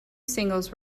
singles